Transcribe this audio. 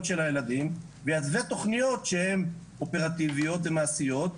של הילדים ויתווה תכניות שהן אופרטיביות ומעשיות,